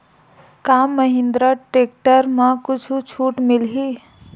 का महिंद्रा टेक्टर म कुछु छुट मिलही?